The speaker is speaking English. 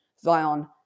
Zion